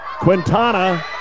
Quintana